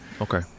Okay